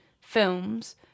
films